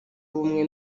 y’ubumwe